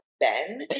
Ben